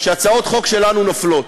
שהצעות חוק שלנו נופלות.